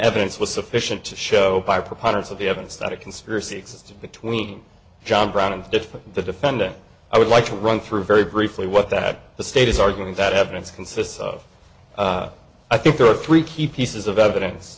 evidence was sufficient to show by preponderance of the evidence that a conspiracy existed between john brown and if the defendant i would like to run through very briefly what that the state is arguing that evidence consists of i think there are three key pieces of evidence